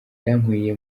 yankuye